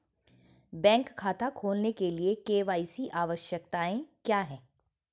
Bank खाता खोलने के लिए के.वाई.सी आवश्यकताएं क्या हैं?